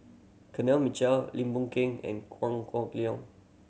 Mitchell Lim Boon Keng and Kong